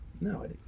No